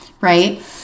right